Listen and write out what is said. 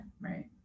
right